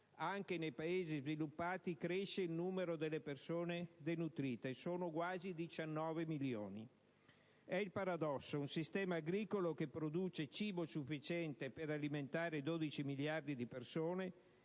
anche nei Paesi sviluppati, cresce il numero delle persone denutrite, che sono quasi 19 milioni. È il paradosso: un sistema agricolo che produce cibo sufficiente per alimentare 12 miliardi di persone